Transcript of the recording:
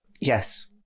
yes